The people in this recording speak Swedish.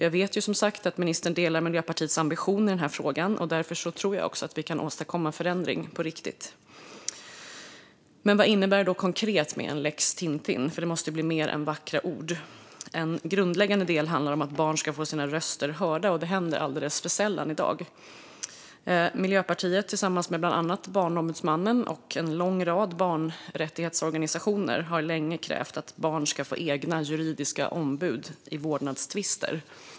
Jag vet som sagt att ministern delar Miljöpartiets ambition i den här frågan. Därför tror jag också att vi kan åstadkomma en förändring på riktigt. Men vad innebär då en lex Tintin konkret? Det måste ju bli mer än vackra ord. En grundläggande del handlar om att barn ska få sina röster hörda. Det händer alldeles för sällan i dag. Miljöpartiet, tillsammans med bland andra Barnombudsmannen och en lång rad barnrättighetsorganisationer, har länge krävt att barn ska få egna juridiska ombud i vårdnadstvister.